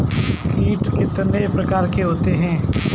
कीट कितने प्रकार के होते हैं?